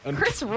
Chris